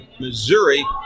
Missouri